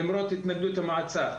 למרות התנגדות המועצה.